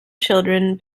children